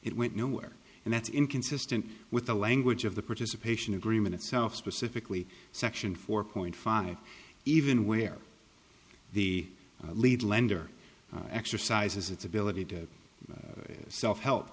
it went nowhere and that's inconsistent with the language of the participation agreement itself specifically section four point five even where the lead lender exercises its ability to self help